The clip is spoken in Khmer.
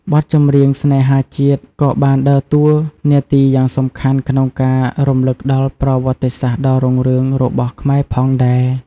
បទចម្រៀងស្នេហាជាតិក៏បានដើរតួនាទីយ៉ាងសំខាន់ក្នុងការរំលឹកដល់ ប្រវត្តិសាស្ត្រដ៏រុងរឿង របស់ខ្មែរផងដែរ។